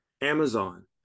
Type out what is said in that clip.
Amazon